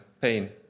pain